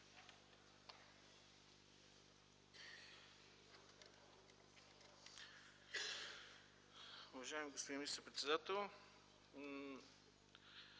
Уважаеми господин министър-председател,